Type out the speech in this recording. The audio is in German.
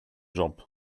job